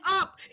up